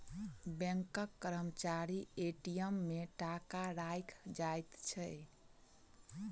बैंकक कर्मचारी ए.टी.एम मे टाका राइख जाइत छै